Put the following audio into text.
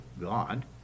god